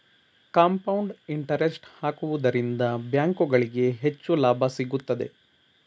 compound interest ಹಾಕುವುದರಿಂದ ಬ್ಯಾಂಕುಗಳಿಗೆ ಹೆಚ್ಚು ಲಾಭ ಸಿಗುತ್ತದೆ